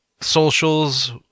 socials